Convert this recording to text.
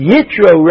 Yitro